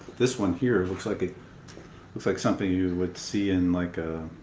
this one here. it looks like it looks like something you would see in. like